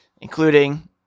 including